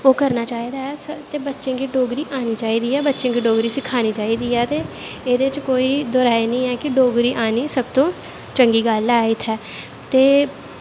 ओह् करनां चाही दा ऐ कि बच्चें गी डोगरी आनी चाही दी ऐ बच्चें गी डोगरी सखानीं चाही दा ऐ ते एह्दै च कोई दोहराई नी ऐ कि डोगरी सब तों चंगी गल्ल ऐ इत्थै ते